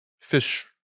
fish